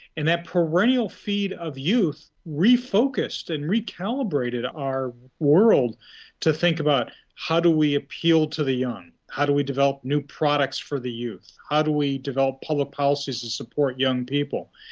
in that perennial feed of youth, refocused and recalibrated our world to think about how do we appeal to the young? how do we develop new products for the youth? how do we develop policies to support young people?